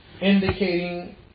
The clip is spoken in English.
indicating